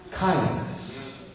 Kindness